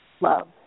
love